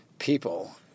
People